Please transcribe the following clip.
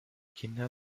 kinder